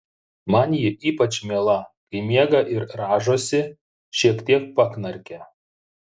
man ji ypač miela kai miega ir rąžosi šiek tiek paknarkia